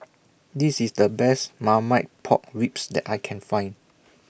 This IS The Best Marmite Pork Ribs that I Can Find